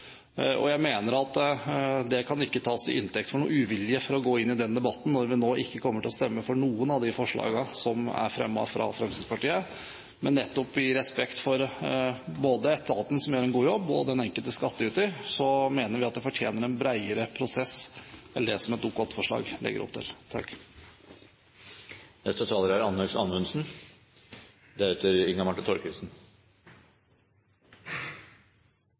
Og jeg mener at det kan ikke tas til inntekt for noen uvilje mot å gå inn i denne debatten at vi nå ikke kommer til å stemme for noen av de forslagene som er fremmet fra Fremskrittspartiet. Men nettopp i respekt for både etaten, som gjør en god jobb, og den enkelte skattyter, mener vi at dette fortjener en bredere prosess enn det et Dokument 8-forslag legger opp til. La meg først si til foregående taler at vi er